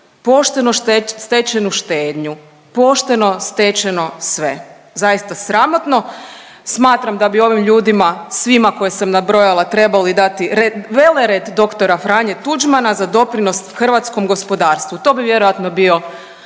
pošteno stečenu štednju, pošteno stečeno sve. Zaista sramotno. Smatram da bi ovim ljudima svima koje sam nabrojala trebali dati red, velered dr. Franje Tuđmana za doprinos hrvatskom gospodarstvu. To bi vjerojatno bio